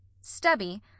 Stubby